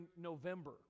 November